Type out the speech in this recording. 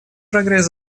прогресс